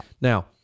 Now